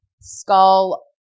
skull